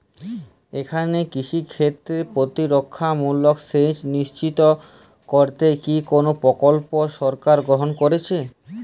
এখানে কৃষিক্ষেত্রে প্রতিরক্ষামূলক সেচ নিশ্চিত করতে কি কোনো প্রকল্প সরকার গ্রহন করেছে?